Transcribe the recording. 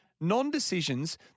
Non-decisions